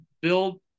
build